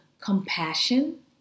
compassion